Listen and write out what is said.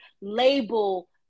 label